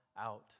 out